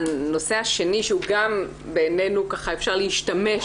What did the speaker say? הנושא השני שהוא גם בעינינו אפשר להשתמש